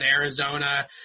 Arizona